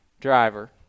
driver